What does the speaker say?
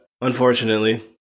unfortunately